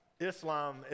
Islam